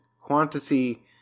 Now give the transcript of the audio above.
Quantity